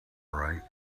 right